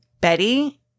Betty